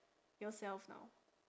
yourself now